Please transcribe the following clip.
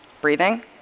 breathing